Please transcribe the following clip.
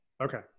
Okay